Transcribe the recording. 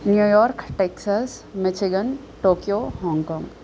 New York Texas michigan Tokyo Hong Kong